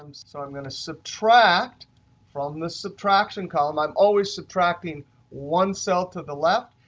um so i'm going to subtract from the subtraction column. i'm always subtracting one cell to the left.